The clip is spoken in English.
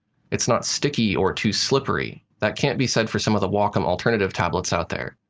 it's not sticky or too slippery. that can't be said for some of the wacom-alternative tablets out there.